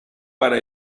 para